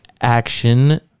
action